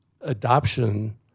adoption